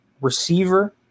receiver